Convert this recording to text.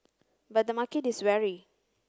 but the market is wary